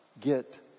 get